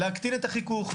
להקטין את החיכוך.